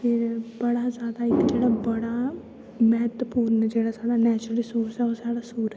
फिर बड़ा जैदा इक जेह्ड़ा बड़ा म्हत्तवपूर्ण जेह्ड़ा साढ़ा नैचुरल रिसोरस ऐ ओह् साढ़ा सूरज